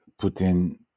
putin